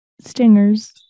stingers